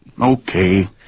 okay